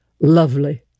lovely